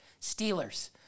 Steelers